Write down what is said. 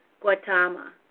Gautama